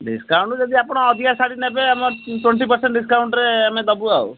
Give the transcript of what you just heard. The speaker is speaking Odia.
ଡିସକାଉଣ୍ଟ ଯଦି ଆପଣ ଅଧିକା ଶାଢ଼ୀ ନେବେ ଟ୍ୱେଣ୍ଟି ପରସେଣ୍ଟ ଡିସକାଉଣ୍ଟରେ ଆମେ ଦେବୁ ଆଉ